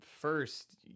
first